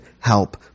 help